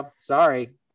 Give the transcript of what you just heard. Sorry